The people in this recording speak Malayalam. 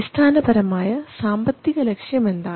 അടിസ്ഥാനപരമായ സാമ്പത്തിക ലക്ഷ്യം എന്താണ്